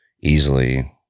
easily